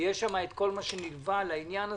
ויש שם את כל מה שנלווה לעניין הזה,